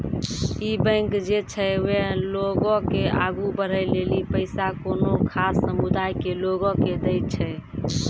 इ बैंक जे छै वें लोगो के आगु बढ़ै लेली पैसा कोनो खास समुदाय के लोगो के दै छै